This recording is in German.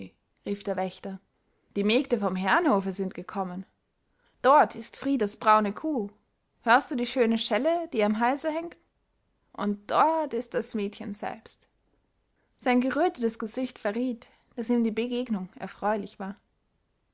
rief der wächter die mägde vom herrenhofe sind gekommen dort ist fridas braune kuh hörst du die schöne schelle die ihr am halse hängt und dort ist das mädchen selbst sein gerötetes gesicht verriet daß ihm die begegnung erfreulich war